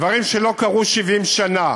דברים שלא קרו 70 שנה.